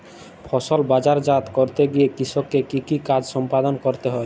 ফসল বাজারজাত করতে গিয়ে কৃষককে কি কি কাজ সম্পাদন করতে হয়?